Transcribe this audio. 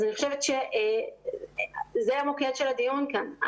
אז אני חושבת שזה המוקד של הדיון כאן.